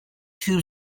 two